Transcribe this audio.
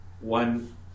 one